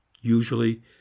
usually